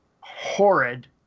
horrid